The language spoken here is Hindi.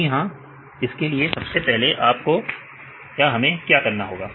जी हां संभव इसके लिए सबसे पहले हमें क्या करना होगा